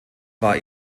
war